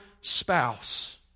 spouse